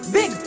Big